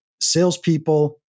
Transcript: salespeople